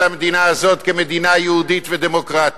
המדינה הזאת כמדינה יהודית ודמוקרטית.